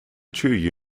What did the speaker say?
true